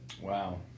wow